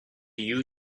you